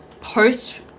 post